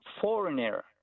foreigner